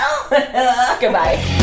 goodbye